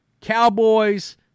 Cowboys